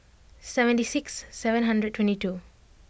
seventy six seven hundred twenty two